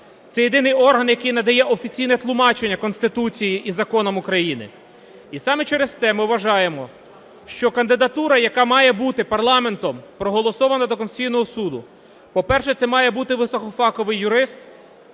Це єдиний орган, який надає офіційне тлумачення Конституції і законам України. І саме через те ми вважаємо, що кандидатура, яка має бути парламентом проголосована до Конституційного Суду, по-перше, це має бути високофаховий юрист,